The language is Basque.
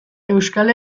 euskal